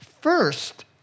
first